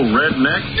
redneck